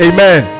Amen